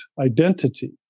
identity